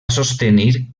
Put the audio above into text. sostenir